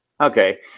Okay